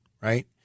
right